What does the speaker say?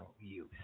use